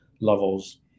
levels